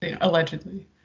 Allegedly